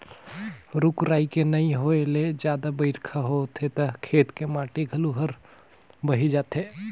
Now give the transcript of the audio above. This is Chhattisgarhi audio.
रूख राई के नइ होए ले जादा बइरखा होथे त खेत के माटी घलो हर बही जाथे